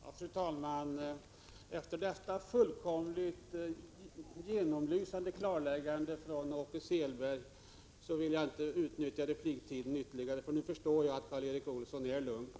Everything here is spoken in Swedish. Fru talman! Efter detta fullkomligt genomlysande klarläggande från Åke Selberg vill jag inte utnyttja repliktiden ytterligare. Jag förstår att Karl Erik Olsson nu känner sig lugn.